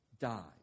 die